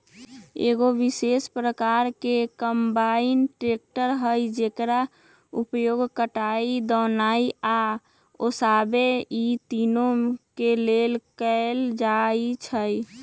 एगो विशेष प्रकार के कंबाइन ट्रेकटर हइ जेकर उपयोग कटाई, दौनी आ ओसाबे इ तिनों के लेल कएल जाइ छइ